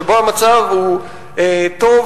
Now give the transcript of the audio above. שבו המצב הוא טוב,